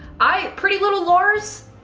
i pretty little lures,